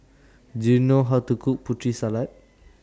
Do YOU know How to Cook Putri Salad